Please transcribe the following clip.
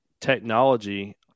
technology